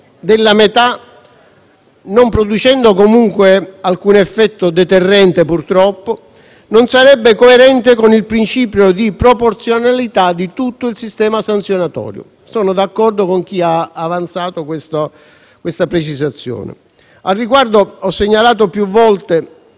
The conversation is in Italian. della metà, non producendo comunque alcun effetto deterrente, purtroppo, non sarebbe coerente con il principio di proporzionalità di tutto il sistema sanzionatorio. Sono d'accordo con chi ha avanzato questa precisazione. Al riguardo ho segnalato più volte